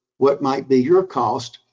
what might be your cost?